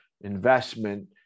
investment